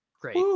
Great